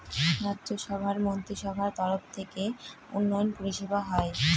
রাজ্য সভার মন্ত্রীসভার তরফ থেকে উন্নয়ন পরিষেবা হয়